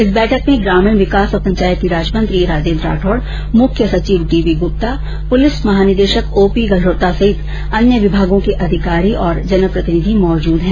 इस बैठक में ग्रामीण विकास पंचायती राज मंत्री राजेन्द्र राठौड मुख्य सचिव डी बी ग्रप्ता पुलिस महानिदेशक ओ पी गल्होत्रा सहित अन्य विभागों के अधिकारी और जनप्रतिनिधि मौजूद है